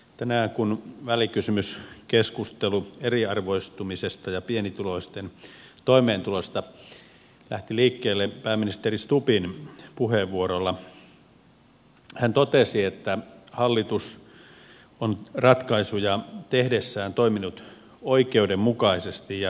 tänään kun välikysymyskeskustelu eriarvoistumisesta ja pienituloisten toimeentulosta lähti liikkeelle pääministeri stubbin puheenvuorolla hän totesi että hallitus on ratkaisuja tehdessään toiminut oikeudenmukaisesti ja rohkeasti